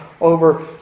over